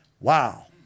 Wow